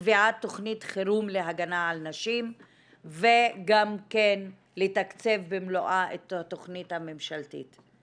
קביעת תכנית חירום להגנה על נשים וגם לתקצב במלואה את התכנית הממשלתית.